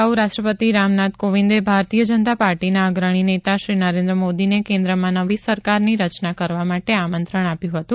અગાઉ રાષ્ટ્રપતિ રામનાથ કોવિંદે ભારતીય જનતા પાર્ટીના અગ્રણી નેતા શ્રી નરેન્દ્ર મોદીને કેન્દ્રમાં નવી સરકારની રચના કરવા માટે આમંત્રણ આપ્યું હતું